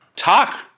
talk